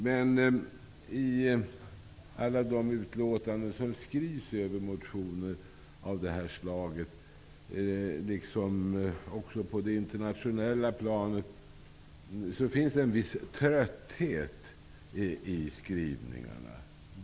Men i alla de utlåtanden som skrivs över motioner av det här slaget, liksom på det internationella planet, märker man en viss trötthet i skrivningarna.